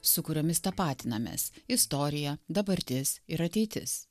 su kuriomis tapatinamės istorija dabartis ir ateitis